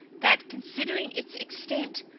that, considering its extent,